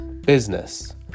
business